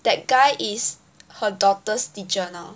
that guy is her daughter's teacher now